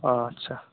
अ आदसा